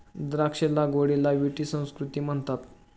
द्राक्ष लागवडीला विटी संस्कृती म्हणतात